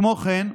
כמו כן,